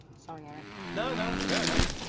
sorry, eric. no no, fair enough!